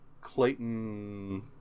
clayton